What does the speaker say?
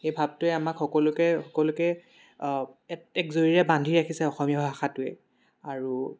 সেই ভাৱটোৱে আমাক সকলোকে সকলোকে এক জৰীৰে বান্ধি ৰাখিছে অসমীয়া ভাষাটোৱে আৰু